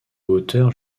hauteur